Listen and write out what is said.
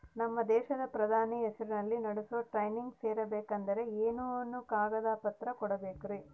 ನಮ್ಮ ದೇಶದ ಪ್ರಧಾನಿ ಹೆಸರಲ್ಲಿ ನಡೆಸೋ ಟ್ರೈನಿಂಗ್ ಸೇರಬೇಕಂದರೆ ಏನೇನು ಕಾಗದ ಪತ್ರ ನೇಡಬೇಕ್ರಿ?